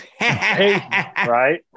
right